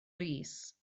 rees